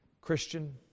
Christian